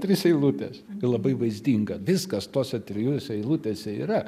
trys eilutės ir labai vaizdinga viskas tose trijose eilutėse yra